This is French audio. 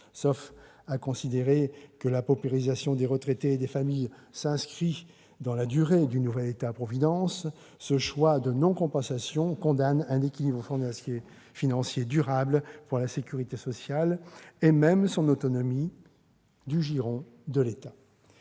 Sauf à considérer que la paupérisation des retraités et des familles s'inscrit dans la durée du « nouvel État providence », ce choix de non-compensation condamne un équilibre financier durable pour la sécurité sociale et même son autonomie du giron de l'État.